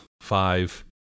Five